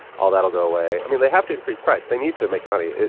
all that will go away. i mean, they have to increase price. they need to make money.